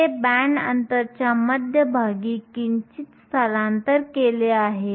हे बँड अंतरच्या मध्यभागी किंचित स्थलांतर केले आहे